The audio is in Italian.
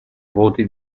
voti